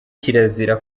kirazira